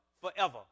forever